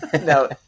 No